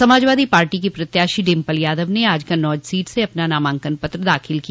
Samajwadi party की प्रत्याशी डिम्पल यादव ने आज कन्नौज सीट से अपना नामांकन पत्र दाखिल किया